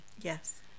yes